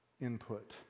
input